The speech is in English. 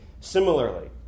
similarly